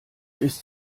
ist